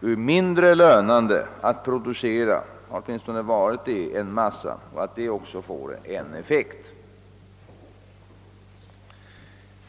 mindre lönande att producera — så har åtminstone varit fallet — än papperet, och detta förhållande ger också en negativ effekt.